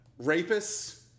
rapists